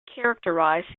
characterized